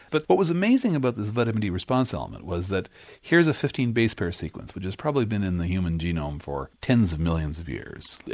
but what was amazing about this vitamin d response element was that here's a fifteen base pair sequence which has probably been in the human genome for tens of millions of years,